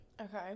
Okay